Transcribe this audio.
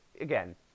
again